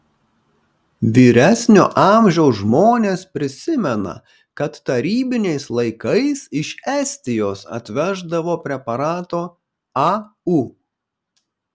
vyresnio amžiaus žmonės prisimena kad tarybiniais laikais iš estijos atveždavo preparato au